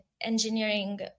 engineering